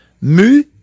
Mu